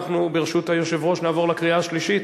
ברשות היושב-ראש, אנחנו נעבור לקריאה השלישית.